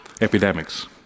epidemics